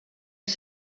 els